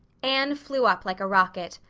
anne flew up like a rocket.